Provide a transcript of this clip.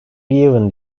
given